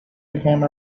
became